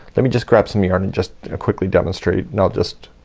let me just grab some yarn and just ah quickly demonstrate and i'll just